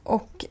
Och